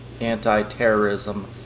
anti-terrorism